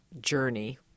journey